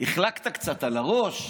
החלקת קצת על הראש?